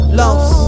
lost